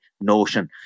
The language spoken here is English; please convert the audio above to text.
notion